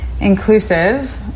inclusive